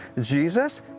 Jesus